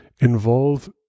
involve